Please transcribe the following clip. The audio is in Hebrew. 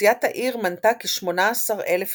אוכלוסיית העיר מנתה כ־18,000 תושבים.